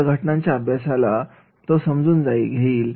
त्या घटनांच्या अभ्यासाला तो समजून घेईल